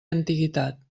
antiguitat